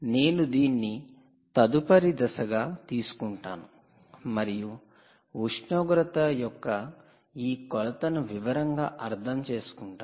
నేను దీన్ని తదుపరి దశగా తీసుకుంటాను మరియు ఉష్ణోగ్రత యొక్క ఈ కొలతను వివరంగా అర్థం చేసుకుంటాను